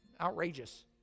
outrageous